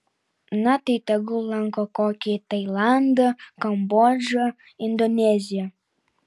na tai tegul lanko kokį tailandą kambodžą indoneziją